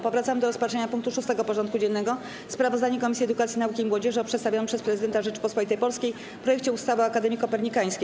Powracamy do rozpatrzenia punktu 6. porządku dziennego: Sprawozdanie Komisji Edukacji, Nauki i Młodzieży o przedstawionym przez Prezydenta Rzeczypospolitej Polskiej projekcie ustawy o Akademii Kopernikańskiej.